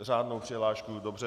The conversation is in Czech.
Řádnou přihlášku, dobře.